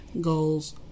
goals